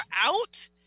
out